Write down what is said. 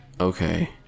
Okay